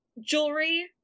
Jewelry